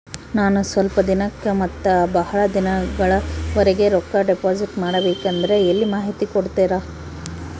ನಾನು ಸ್ವಲ್ಪ ದಿನಕ್ಕ ಮತ್ತ ಬಹಳ ದಿನಗಳವರೆಗೆ ರೊಕ್ಕ ಡಿಪಾಸಿಟ್ ಮಾಡಬೇಕಂದ್ರ ಎಲ್ಲಿ ಮಾಹಿತಿ ಕೊಡ್ತೇರಾ?